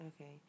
Okay